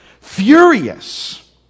Furious